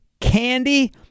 candy